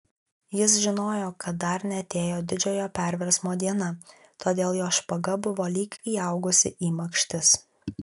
jis žinojo kad dar neatėjo didžiojo perversmo diena todėl jo špaga buvo lyg įaugusi į makštis